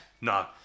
No